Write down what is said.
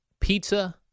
pizza